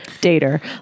dater